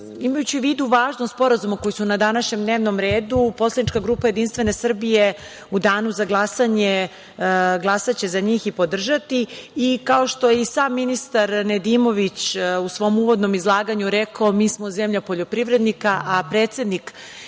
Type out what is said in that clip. imajući u vidu važnost sporazuma koji su danas na dnevnom redu, poslanička grupa JS u Danu za glasanje glasaće za njih i podržati ih. Kao što je i sam ministar Nedimović u svom uvodnom izlaganju rekao, mi smo zemlja poljoprivrednika, a predsednik